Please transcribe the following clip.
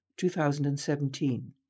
2017